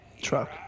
truck